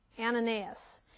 Ananias